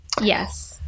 yes